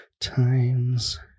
Times